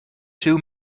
two